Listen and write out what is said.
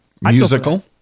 Musical